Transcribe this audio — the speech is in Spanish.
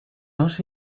dos